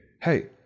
hey